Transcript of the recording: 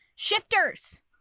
Shifters